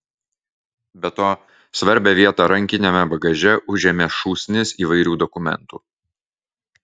be to svarbią vietą rankiniame bagaže užėmė šūsnis įvairių dokumentų